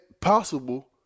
possible